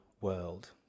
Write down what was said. world